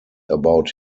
about